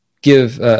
give